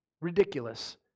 Ridiculous